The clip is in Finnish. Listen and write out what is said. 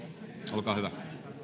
olkaa hyvä